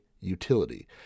Utility